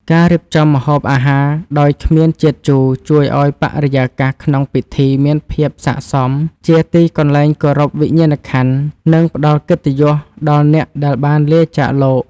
ការរៀបចំម្ហូបអាហារដោយគ្មានជាតិជូរជួយឱ្យបរិយាកាសក្នុងពិធីមានភាពសក្តិសមជាទីកន្លែងគោរពវិញ្ញាណក្ខន្ធ និង ផ្ដល់កិត្តិយសដល់អ្នកដែលបានលាចាកលោក។